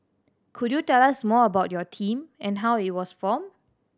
could you tell us more about your team and how it was formed